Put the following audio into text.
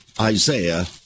Isaiah